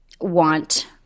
want